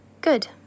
Good